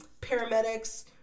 paramedics